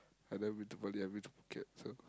I never been to Bali I've been to Phuket so